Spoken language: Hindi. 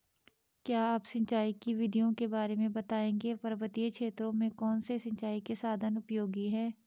क्या आप सिंचाई की विधियों के बारे में बताएंगे पर्वतीय क्षेत्रों में कौन से सिंचाई के साधन उपयोगी हैं?